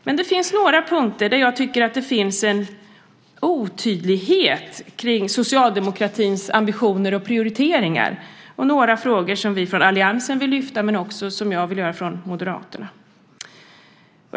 Men det finns några punkter där jag tycker att det finns en otydlighet kring socialdemokratins ambitioner och prioriteringar och några frågor som vi från alliansen vill lyfta, och det vill jag också göra från Moderaternas sida.